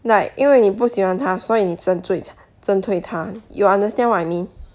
like 因为你不喜欢他所以你针对针对他 you understand what I mean